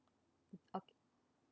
okay